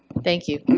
thank you.